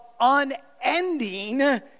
unending